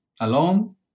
alone